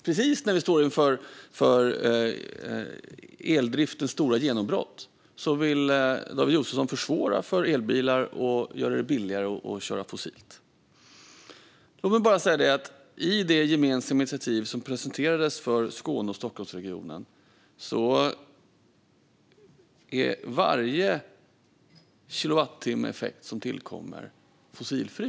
Precis när vi står inför eldriftens stora genombrott vill David Josefsson försvåra för elbilar och göra det billigare att köra fossilt. I det gemensamma initiativ som presenterades för Skåne och Stockholmsregionen är varje kilowattimmeeffekt som tillkommer fossilfri.